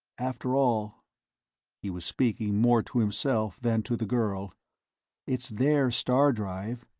after all he was speaking more to himself than to the girl it's their star-drive.